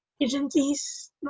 agencies